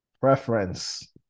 Preference